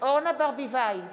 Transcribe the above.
אורנה ברביבאי,